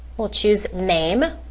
we'll choose name.